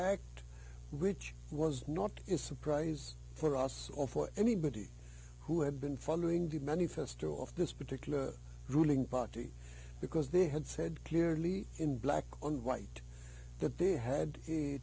act rich was not a surprise for us or for anybody who had been following the many fist off this particular ruling party because they had said clearly in black and white that they had